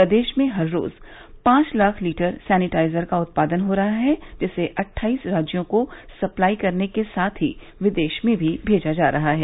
प्रदेश में हर रोज पांच लाख लीटर सैनिटाइजर का उत्पादन हो रहा है जिसे अट्ठाईस राज्यों को सप्लाई करने के साथ ही विदेश में भी भेजा जा रहा है